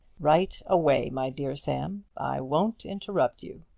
write away, my dear sam i won't interrupt you.